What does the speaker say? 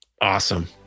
Awesome